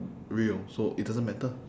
real so it doesn't matter